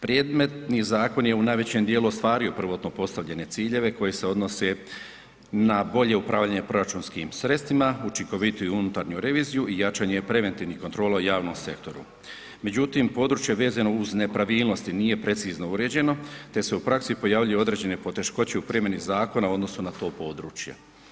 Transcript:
Predmetni zakon je u najvećem djelu ostvario prvotno postavljene ciljeve koji se odnose na bolje upravljanje proračunskim sredstvima, učinkovitiju unutarnju reviziju i jačanje preventivnih kontrola u javnom sektoru međutim područje vezano uz nepravilnosti nije precizno uređeno te se u praksi pojavljuju određene poteškoće u primjeni zakona u odnosu na to područje.